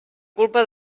culpa